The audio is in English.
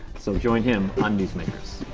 so join him on newsmakers.